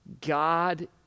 God